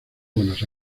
buenos